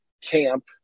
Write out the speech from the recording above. Camp